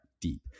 deep